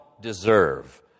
deserve